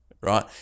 right